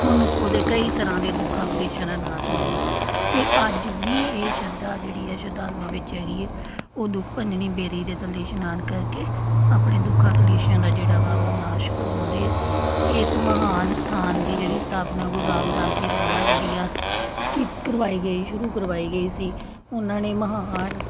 ਉਹਨੂੰ ਉਹਦੇ ਕਈ ਤਰ੍ਹਾਂ ਦੇ ਦੁੱਖਾਂ ਕਲੇਸ਼ਾਂ ਜਾ ਨਾਸ਼ ਵੀ ਹੋ ਜਾਂਦਾ ਅਤੇ ਅੱਜ ਵੀ ਇਹ ਸ਼ਰਧਾ ਜਿਹੜੀ ਹੈ ਸ਼ਰਧਾਲੂਆਂ ਵਿੱਚ ਹੈਗੀ ਹੈ ਉਹ ਦੁੱਖ ਭੰਜਨੀ ਬੇਰੀ ਦੇ ਥੱਲੇ ਇਸ਼ਨਾਨ ਕਰਕੇ ਆਪਣੇ ਦੁੱਖਾਂ ਕਲੇਸ਼ਾਂ ਦਾ ਜਿਹੜਾ ਵਾ ਉਹ ਨਾਸ਼ ਕਰਵਾਉਂਦੇ ਆ ਇਸ ਮਹਾਨ ਸਥਾਨ ਦੀ ਜਿਹੜੀ ਸਥਾਪਨਾ ਗੁਰੂ ਰਾਮਦਾਸ ਵੀ ਦੁਆਰਾ ਜਿਹੜੀ ਆ ਕੀਤੀ ਕਰਵਾਈ ਗਈ ਸ਼ੁਰੂ ਕਰਵਾਈ ਗਈ ਸੀ ਉਹਨਾਂ ਨੇ ਮਹਾਨ